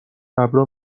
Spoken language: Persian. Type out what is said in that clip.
ببرا